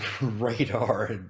radar